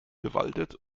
bewaldet